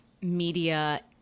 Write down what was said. media